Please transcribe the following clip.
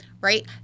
right